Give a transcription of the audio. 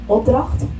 Opdracht